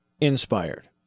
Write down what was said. inspired